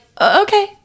okay